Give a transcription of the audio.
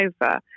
over